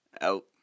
out